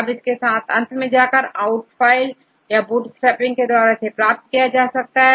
अब इसके साथ जाकर अंत में out file को बूटस्ट्रैपिंग के द्वारा प्राप्त किया जाता है